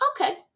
Okay